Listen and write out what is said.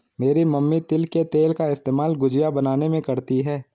मेरी मम्मी तिल के तेल का इस्तेमाल गुजिया बनाने में करती है